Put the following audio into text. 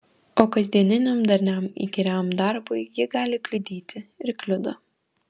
o kasdieniam darniam įkyriam darbui ji gali kliudyti ir kliudo